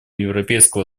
европейского